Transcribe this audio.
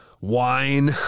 wine